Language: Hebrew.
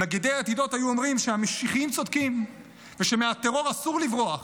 מגידי העתידות היו אומרים שהמשיחיים צודקים ושמהטרור אסור לברוח,